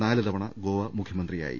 നാല് തവണ ഗോവ മുഖ്യമ ന്ത്രിയായി